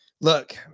Look